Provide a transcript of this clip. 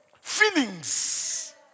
feelings